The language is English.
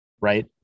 right